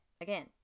again